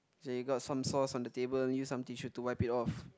so you got some sauce on the table use some tissue to wipe it off